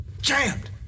jammed